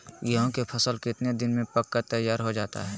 गेंहू के फसल कितने दिन में पक कर तैयार हो जाता है